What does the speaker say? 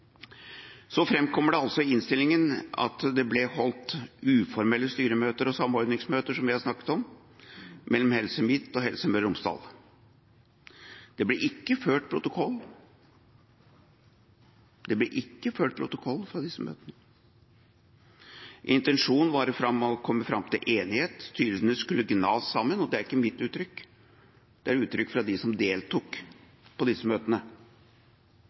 Så framkommer det i innstillinga at det ble holdt uformelle styremøter og samordningsmøter, som vi har snakket om, mellom Helse Midt og Helse Møre og Romsdal. Det ble ikke ført protokoll fra disse møtene. Intensjonen var å komme fram til enighet. Styrene skulle knas sammen, og det er ikke mitt uttrykk, det er et uttrykk fra dem som deltok på disse møtene.